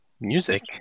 Music